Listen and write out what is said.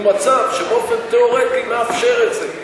הוא מצב שבאופן תיאורטי מאפשר את זה.